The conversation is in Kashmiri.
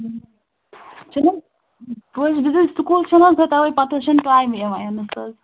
چھُ نہٕ حظ وۄنۍ حظ چھِ بِذٲتی سکوٗل چھُ نہٕ حظ مےٚ تَوَے پتہٕ حظ چھِنہٕ ٹایِمٕے یِوان یِنَس حظ